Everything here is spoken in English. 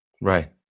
right